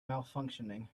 malfunctioning